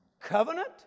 Covenant